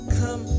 come